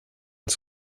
its